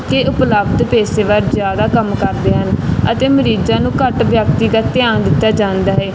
ਕਿ ਉਪਲੱਬਧ ਪੇਸ਼ੇਵਰ ਜ਼ਿਆਦਾ ਕੰਮ ਕਰਦੇ ਹਨ ਅਤੇ ਮਰੀਜ਼ਾਂ ਨੂੰ ਘੱਟ ਵਿਅਕਤੀਗਤ ਧਿਆਨ ਦਿੱਤਾ ਜਾਂਦਾ ਹੈ